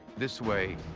this way,